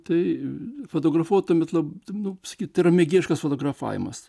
tai fotografuota bet labai nu taip pasakyt mėgėjiškas fotografavimas